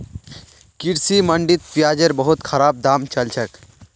कृषि मंडीत प्याजेर बहुत खराब दाम चल छेक